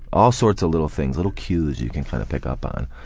all sorts of little things, little cues you can kind of pick up on.